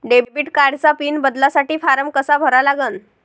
Debit कार्डचा PIN बदलासाठी form कसा भरा लागन?